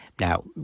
Now